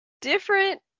different